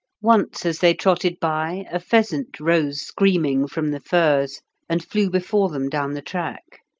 once as they trotted by a pheasant rose screaming from the furze and flew before them down the track.